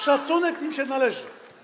Szacunek im się należy.